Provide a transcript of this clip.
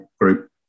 group